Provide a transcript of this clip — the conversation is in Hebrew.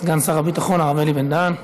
סגן שר הביטחון הרב אלי בן-דהן.